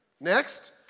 Next